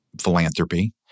philanthropy